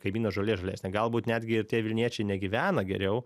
kaimyno žolė žalesnė galbūt netgi ir tie vilniečiai negyvena geriau